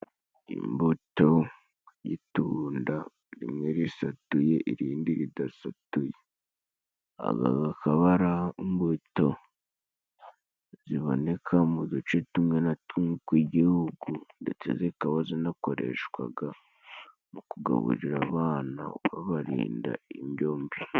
Imbuto yitunda rimwe risatuye irindi ridasatuye akaba ari imbuto ziboneka mu duce tumwe na tumwe tw'igihugu, ndetse zikaba zinakoreshwaga mu kugaburira abana babarinda iryo mbi.